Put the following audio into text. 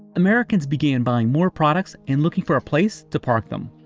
americans began buying more products and looking for a place to park them.